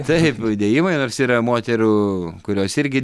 taip dėjimai nors yra moterų kurios irgi